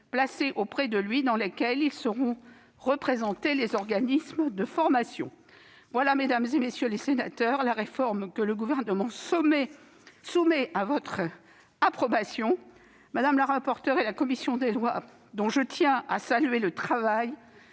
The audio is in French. placé auprès de lui, dans lequel seront notamment représentés les organismes de formation. Voilà, mesdames, messieurs les sénateurs, la réforme que le Gouvernement soumet à votre approbation. Mme la rapporteure et la commission des lois, dont je tiens à saluer le travail,